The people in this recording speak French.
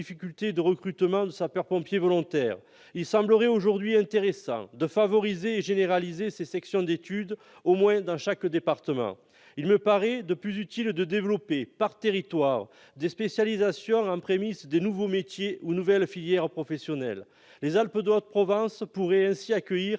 de recrutement de sapeurs-pompiers volontaires, il semblerait aujourd'hui intéressant de favoriser et de généraliser ces sections d'études, au moins dans chaque département. Il me paraît de plus utile de développer, par territoire, des spécialisations compte tenu de l'émergence de nouveaux métiers ou de nouvelles filières professionnelles, qui n'en est qu'à ses prémices. Les Alpes-de-Haute-Provence pourraient ainsi accueillir